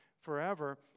forever